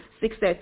success